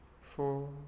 four